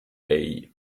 hey